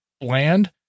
bland